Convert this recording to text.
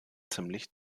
ziemlich